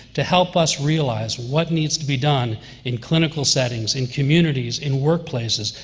to help us realize what needs to be done in clinical settings, in communities, in workplaces,